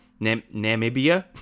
Namibia